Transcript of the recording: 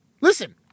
Listen